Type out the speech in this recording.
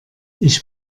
ich